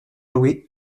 louer